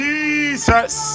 Jesus